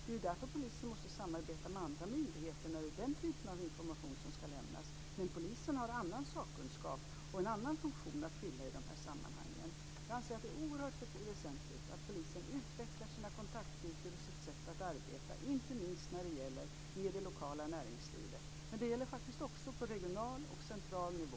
Det är därför man måste samarbeta med andra myndigheter när den typen av information ska lämnas. Men polisen har en annan sakkunskap och en annan funktion att fylla i dessa sammanhang. Jag anser att det är oerhört väsentligt att polisen utvecklar sina kontaktytor och sitt sätt att arbeta, inte minst när det gäller det lokala näringslivet. Men det gäller faktiskt också på regional och central nivå.